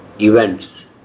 events